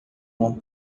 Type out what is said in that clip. uma